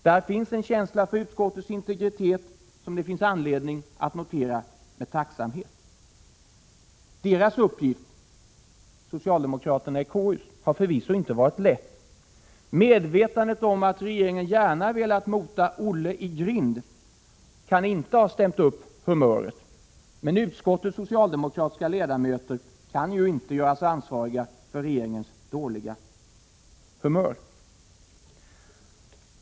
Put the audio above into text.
Där finns en viss känsla för utskottets integritet, som det finns anledning att notera med tacksamhet. Socialdemokraternas i KU uppgift har förvisso inte varit lätt. Medvetandet om att regeringen gärna velat mota Olle i grind kan inte ha stämt upp humöret. Men utskottets socialdemokratiska ledamöter kan inte göras ansvariga för regeringens dåliga humör.